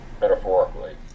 metaphorically